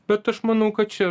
bet aš manau kad čia